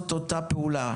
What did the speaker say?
נרשם בפרוטוקול.